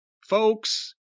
folks